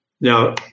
Now